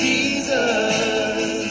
Jesus